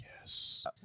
Yes